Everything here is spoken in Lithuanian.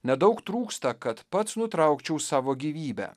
nedaug trūksta kad pats nutraukčiau savo gyvybę